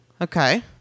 Okay